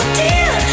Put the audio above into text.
dear